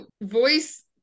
voice